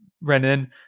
Renan